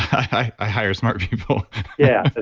i hire smart people yeah,